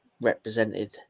represented